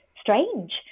strange